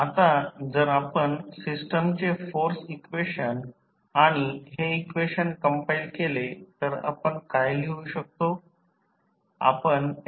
आता जर आपण सिस्टमचे फोर्स इक्वेशन आणि हे इक्वेशन कंपाईल केले तर आपण काय लिहू शकतो